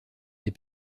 des